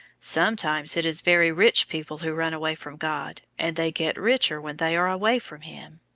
sometimes it is very rich people who run away from god, and they get richer when they are away from him.